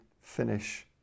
finish